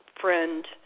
friend